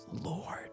Lord